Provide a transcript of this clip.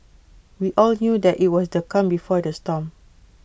we all knew that IT was the calm before the storm